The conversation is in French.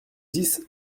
dix